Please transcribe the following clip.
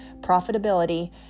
profitability